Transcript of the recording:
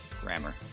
grammar